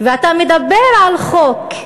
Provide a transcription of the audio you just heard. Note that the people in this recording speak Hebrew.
אתה מדבר על חוק,